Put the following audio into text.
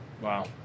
Wow